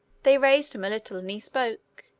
they raised him a little, and he spoke.